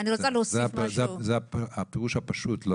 זה הפירוש הפשוט.